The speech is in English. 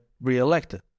reelected